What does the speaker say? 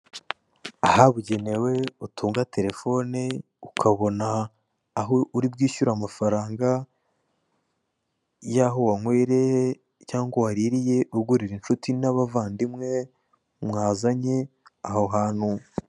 Ahabugenewe utunga telefone, ukabona aho uribwishyure amafaranga y'aho wanywereye cyangwa waririye, ugurira inshuti n'abavandimwe mwazanye aho hantu.